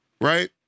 right